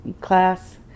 class